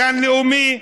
גן לאומי.